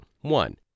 One